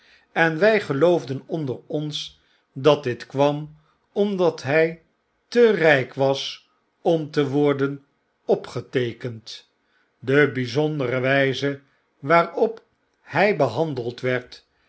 en wy geloofden onder ons dat dit kwam omdat hij te rijk was om te worden opgeteekend de byzondere wyze waarop hy behandeld werd